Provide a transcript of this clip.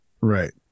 right